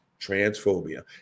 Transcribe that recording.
transphobia